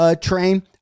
train